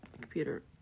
computer